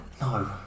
No